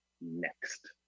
next